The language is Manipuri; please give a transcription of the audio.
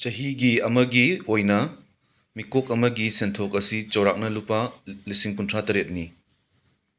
ꯆꯍꯤ ꯑꯃꯒꯤ ꯑꯣꯏꯅ ꯃꯤꯀꯣꯛ ꯑꯃꯒꯤ ꯁꯦꯟꯊꯣꯛ ꯑꯁꯤ ꯆꯥꯎꯔꯥꯛꯅ ꯂꯨꯄꯥ ꯂꯤꯁꯤꯡ ꯀꯨꯟꯊ꯭ꯔꯥ ꯇꯔꯦꯠꯅꯤ